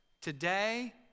today